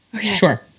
Sure